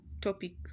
topic